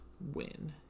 win